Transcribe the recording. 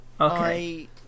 Okay